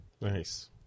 Nice